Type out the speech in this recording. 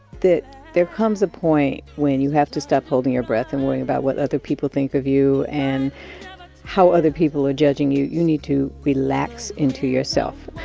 that there comes a point when you have to stop holding your breath and worrying about what other people think of you and how other people are judging you. you need to relax into yourself,